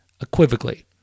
equivocally